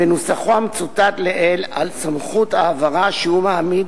בנוסחו המצוטט לעיל על סמכות ההעברה שהוא מעמיד,